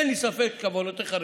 אין לי ספק שכוונותיך רצויות.